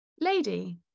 lady